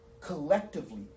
collectively